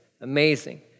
Amazing